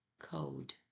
code